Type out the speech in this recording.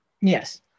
Yes